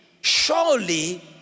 surely